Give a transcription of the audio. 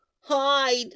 Hide